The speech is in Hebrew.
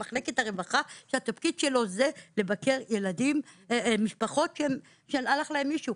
במחלקת הרווחה שהתפקיד שלו הוא לבקר משפחות שאיבדו מישהו.